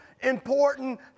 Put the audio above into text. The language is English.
important